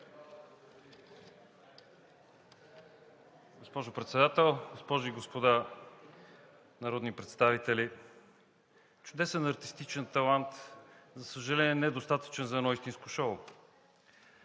Госпожо Председател, госпожи и господа народни представители! Чудесен артистичен талант, за съжаление, недостатъчен за едно истинско шоу.